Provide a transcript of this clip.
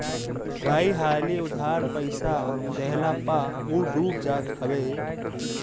कई हाली उधार पईसा देहला पअ उ डूब जात हवे